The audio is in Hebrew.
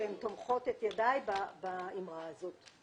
שמחזקות את ידיי באמירה הזאת.